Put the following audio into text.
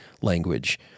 language